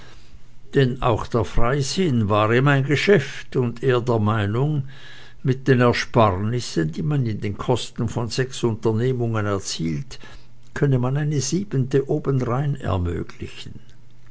denn auch der freisinn war ihm ein geschäft und er der meinung mit den ersparnissen die man an den kosten von sechs unternehmungen erzielt könne man eine siebente obendrein ermöglichen